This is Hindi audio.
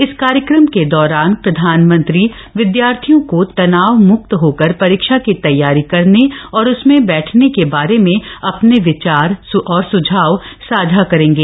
इस कार्यक्रम के दौरान प्रधानमंत्री विद्यार्थियों को तनाव मुक्त होकर परीक्षा की तैयारी करने और उसमें बैठने के बारे में अपने विचार और सुझाव साझा करेंगे